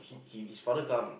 he with his father come